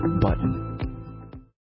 button